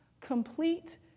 complete